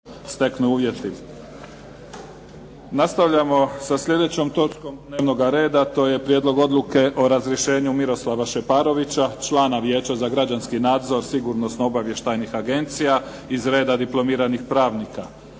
Neven (SDP)** Nastavljamo sa sljedećom točkom dnevnoga reda, to je - Prijedlog odluke o razrješenju Miroslava Šeparovića, člana Vijeća za građanski nadzor sigurnosno obavještajnih agencija iz reda diplomiranih pravnika